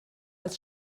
als